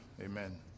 Amen